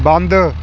ਬੰਦ